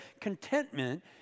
contentment